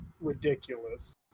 ridiculous